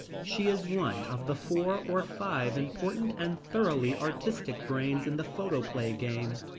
she is one of the four or five important and thoroughly artistic brains in the photoplay game.